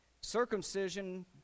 Circumcision